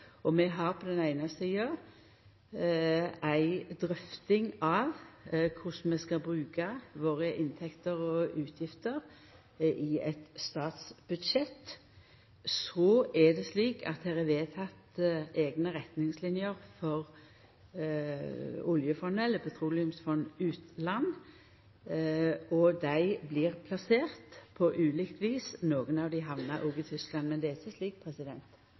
gonger. Vi har drøfta korleis vi skal bruka våre inntekter og utgifter i eit statsbudsjett. Så er det slik at det her er vedteke eigne retningslinjer for Statens pensjonsfond utland, og midlane blir plasserte på ulikt vis – nokre av dei hamnar òg i Tyskland. Men det er ikkje slik